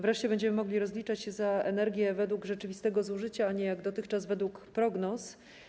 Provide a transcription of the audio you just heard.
Wreszcie będziemy mogli rozliczać się za energię według rzeczywistego zużycia, a nie jak dotychczas - według prognoz.